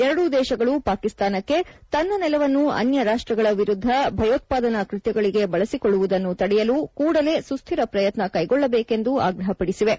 ಎರಡೂ ದೇಶಗಳು ಪಾಕಿಸ್ತಾನಕ್ಕೆ ತನ್ನ ನೆಲವನ್ನು ಅನ್ಯ ರಾಷ್ಟಗಳ ವಿರುದ್ದ ಭಯೋತ್ಪಾದನಾ ಕೃತ್ಯಗಳಿಗೆ ಬಳಸಿಕೊಳ್ಳುವುದನ್ನು ತಡೆಯಲು ಕೂಡಲೇ ಸುಸ್ಲಿರ ಪ್ರಯತ್ನ ಕೈಗೊಳ್ಳಬೇಕೆಂದು ಆಗ್ರಹಪದಿಸಿವೆ